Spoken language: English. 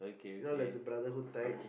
you know like the brotherhood type